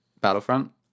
Battlefront